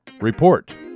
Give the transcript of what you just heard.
Report